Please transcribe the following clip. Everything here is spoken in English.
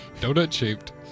Donut-shaped